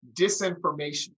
disinformation